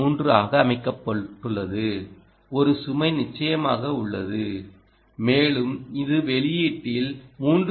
3 ஆக அமைக்கப்பட்டுள்ளது ஒரு சுமை நிச்சயமாக உள்ளது மேலும் இது வெளியீட்டில் 3